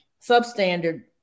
substandard